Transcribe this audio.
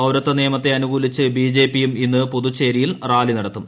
പൌരത്വ നിയമത്തെ അനുകൂലിച്ച് ബിജെപി യും ഇന്ന് പുതുച്ചേരിയിൽ റാലി നടത്തും